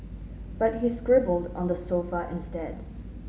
but he scribbled on the sofa instead